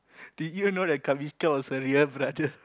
did you know the Kavisto is her real brother